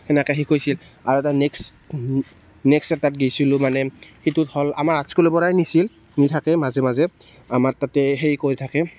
সেনেকৈ শিকাইছিল আৰু এটা নেক্সট নেক্সট এটা গৈছিলোঁ মানে সেইটোত হ'ল আমাৰ আৰ্টস্কুলৰ পৰাই নিছিল নি থাকে মাজে মাজে আমাৰ তাতে সেই কৰি থাকে